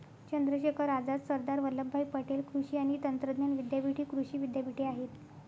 चंद्रशेखर आझाद, सरदार वल्लभभाई पटेल कृषी आणि तंत्रज्ञान विद्यापीठ हि कृषी विद्यापीठे आहेत